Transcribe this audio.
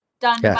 done